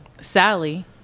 Sally